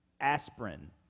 aspirin